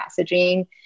messaging